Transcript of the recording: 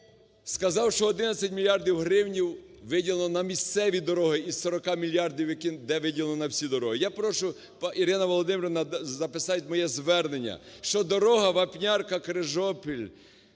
сказав, що 11 мільярдів гривень виділено на місцеві дороги із 40 мільярдів, які… де виділено на всі дороги. Я прошу, Ірино Володимирівно, записати моє звернення, що дорога Вапнярка-Крижопіль